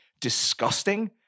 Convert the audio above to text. disgusting